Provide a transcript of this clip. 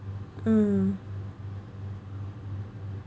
mm